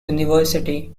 university